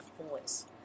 voice